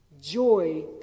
Joy